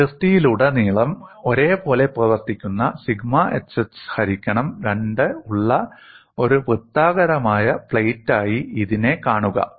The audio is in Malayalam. അതിർത്തിയിലുടനീളം ഒരേപോലെ പ്രവർത്തിക്കുന്ന സിഗ്മ xx ഹരിക്കണം 2 ഉള്ള ഒരു വൃത്താകാരമായ പ്ലേറ്റായി ഇതിനെ കാണുക